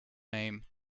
name